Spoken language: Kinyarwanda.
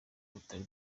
butari